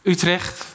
Utrecht